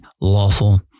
lawful